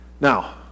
Now